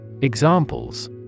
Examples